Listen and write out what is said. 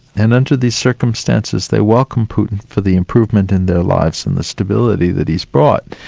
and under these circumstances, they welcome putin for the improvement in their lives and the stability that he's brought.